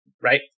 right